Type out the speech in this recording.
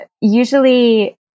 usually